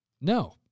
No